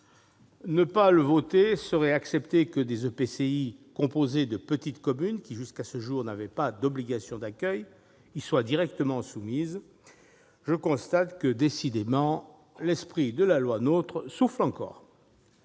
Ne pas le voter serait accepter que des EPCI composés de petites communes, qui, jusqu'à ce jour, n'avaient pas d'obligation d'accueil, y soient directement soumis. Je constate que, décidément, l'esprit de la loi NOTRe souffle encore